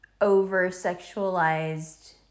over-sexualized